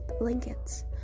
blankets